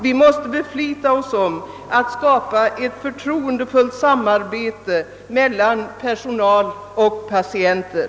Vi måste beflita oss om att skapa ett förtroendefullt samarbete mellan personal och patienter.